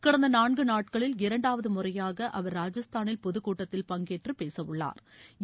கடந்த நான்கு நாட்களில் இரண்டாவது முறையாக அவர் ராஜஸ்தானில் பொதுக் கூட்டத்தில் பங்கேற்று பேசவுள்ளா்